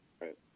Right